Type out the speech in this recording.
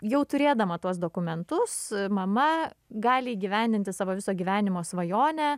jau turėdama tuos dokumentus mama gali įgyvendinti savo viso gyvenimo svajonę